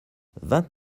vingt